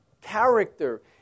character